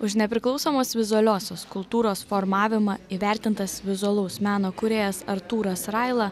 už nepriklausomos vizualiosios kultūros formavimą įvertintas vizualaus meno kūrėjas artūras raila